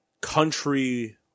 country